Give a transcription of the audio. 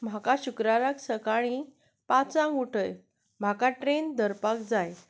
म्हाका शुक्राराक सकाळीं पांचांग उठय म्हाका ट्रेन धरपाक जाय